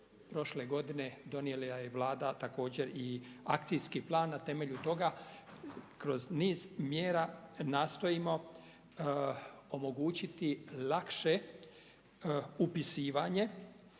prošle godine donijela je Vlada, također i akcijski plan na temelju toga. Kroz niz mjera nastojimo omogućiti lakše upisivanje